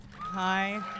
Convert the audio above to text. Hi